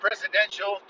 Presidential